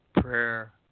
Prayer